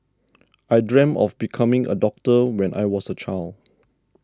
I dreamt of becoming a doctor when I was a child